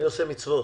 אני עושה מצוות.